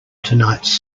tonight’s